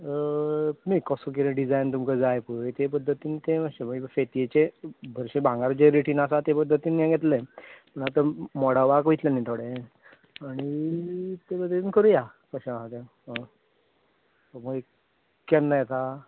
न्ही कसो किदें डिजायन तुमका जाय पळय ते पद्धतीन तें अशें मागी फेतयेचे हरशीं बांगर जे रेटीन आसा ते पद्धतीन आसा ते पद्धतीन येतलें पूण आतां मोडावाक वयतलें न्ही थोडें आनी ते पद्धतीन करुया कशें आसा तें आ केन्ना येता